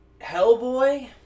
Hellboy